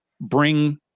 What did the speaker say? bring